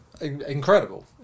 incredible